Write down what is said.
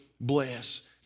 bless